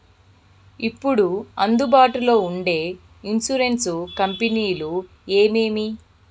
ఇప్పుడు అందుబాటులో ఉండే ఇన్సూరెన్సు కంపెనీలు ఏమేమి?